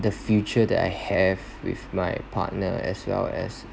the future that I have with my partner as well as